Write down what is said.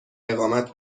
اقامت